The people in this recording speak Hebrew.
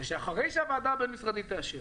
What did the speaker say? שאחרי שהוועדה הבין-משרדית תאשר